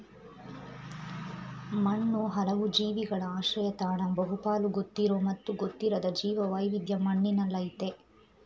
ಮಣ್ಣು ಹಲವು ಜೀವಿಗಳ ಆಶ್ರಯತಾಣ ಬಹುಪಾಲು ಗೊತ್ತಿರೋ ಮತ್ತು ಗೊತ್ತಿರದ ಜೀವವೈವಿಧ್ಯ ಮಣ್ಣಿನಲ್ಲಯ್ತೆ